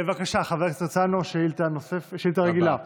בבקשה, חבר הכנסת הרצנו, שאילתה רגילה לשרה.